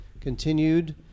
Continued